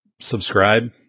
subscribe